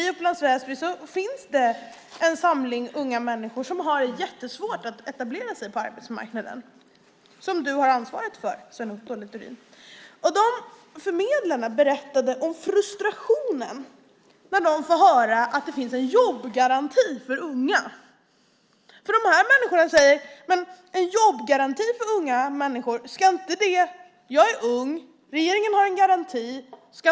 I Upplands Väsby finns det nämligen en samling unga människor som har jättesvårt att etablera sig på arbetsmarknaden och som du, Sven Otto Littorin, har ansvaret för. Förmedlarna berättade om frustrationen när de får höra att det finns en jobbgaranti för unga. Dessa unga människor säger: Jag är ung. Regeringen har en garanti. Ska jag inte bli garanterad något då?